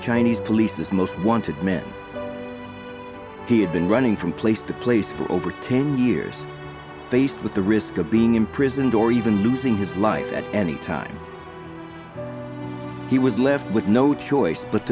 chinese police's most wanted man he had been running from place to place for over ten years faced with the risk of being imprisoned or even losing his life at any time he was left with no choice but